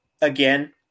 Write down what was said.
again